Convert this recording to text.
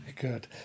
good